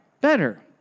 better